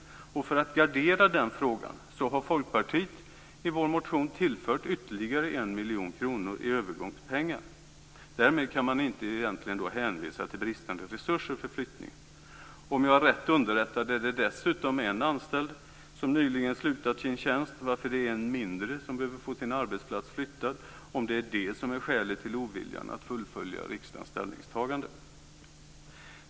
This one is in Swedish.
För att gardera den frågan har vi i Folkpartiet i vår motion tillfört ytterligare 1 miljon kronor i övergångspengar. Därmed går det inte att hänvisa till bristande resurser för flyttningen. Om jag är rätt underrättad har en anställd nyligen slutat sin tjänst, varför det är en mindre som behöver få sin arbetsplats flyttad - om det är det som är skälet till oviljan att fullfölja riksdagens ställningstagande.